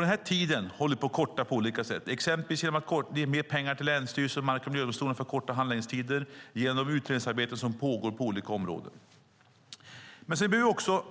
Den här tiden håller vi på att korta på olika sätt, exempelvis genom att ge mer pengar till länsstyrelserna och mark och miljödomstolarna så att handläggningstider kortas och genom utredningsarbeten som pågår på olika områden. Sedan behöver vi också